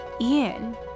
Ian